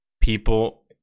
people